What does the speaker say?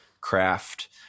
craft